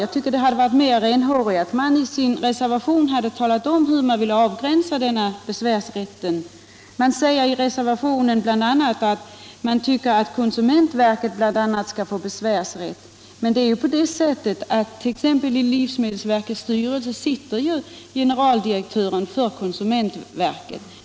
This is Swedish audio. Jag tycker det hade varit mera renhårigt, om man i sin reservation i stället hade talat om hur man vill avgränsa denna besvärsrätt. I reservationen sägs bl.a. att man tycker det är motiverat att konsumentverket får besvärsrätt. Men t.ex. i livsmedelsverkets styrelse sitter ju generaldirektören för konsumentverket med.